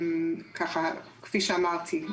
כפי שאמרתי,